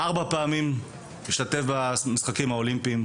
ארבע פעמים השתתף במשחקים האולימפיים,